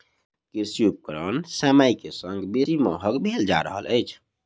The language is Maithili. कृषि उपकरण समय के संग बेसी महग भेल जा रहल अछि